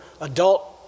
adult